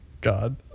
God